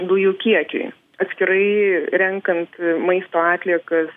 dujų kiekiui atskirai renkant maisto atliekas